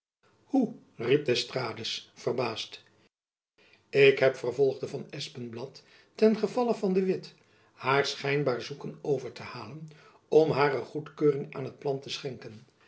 riep d'estrades verbaasd ik heb vervolgde van espenblad ten gevalle van de witt haar schijnbaar zoeken over te halen om hare goedkeuring aan het plan te schenken